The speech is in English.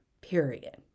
period